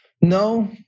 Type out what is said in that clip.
No